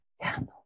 Candle